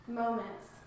moments